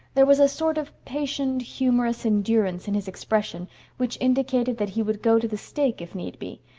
there was a sort of patient, humorous endurance in his expression which indicated that he would go to the stake if need be,